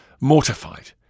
mortified